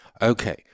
Okay